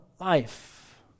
life